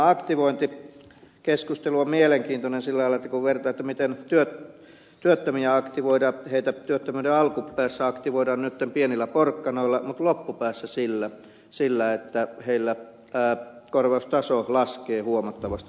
mutta tämä aktivointikeskustelu on mielenkiintoinen sillä lailla että kun vertaa miten työttömiä aktivoidaan työttömyyden alkupäässä heitä aktivoidaan nyt pienillä porkkanoilla mutta loppupäässä sillä että heillä tukitaso laskee huomattavasti